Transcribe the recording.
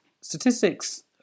statistics